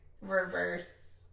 reverse